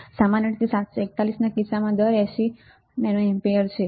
સામાન્ય રીતે 741 ના કિસ્સામાં દર 80 નેનો એમ્પીયર છે